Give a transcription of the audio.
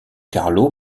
carlo